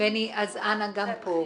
בני, אנא גם פה.